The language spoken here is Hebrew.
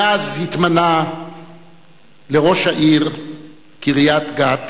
מאז התמנה לראש העיר קריית-גת,